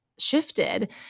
shifted